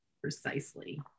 Precisely